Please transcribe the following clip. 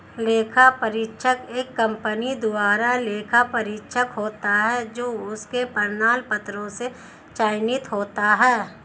लेखा परीक्षक एक कंपनी द्वारा लेखा परीक्षक होता है जो उसके प्रमाण पत्रों से चयनित होता है